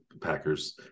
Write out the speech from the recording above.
Packers